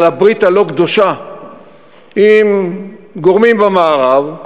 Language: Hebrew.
על הברית הלא-קדושה עם גורמים במערב,